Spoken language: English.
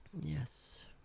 Yes